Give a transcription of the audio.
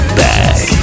back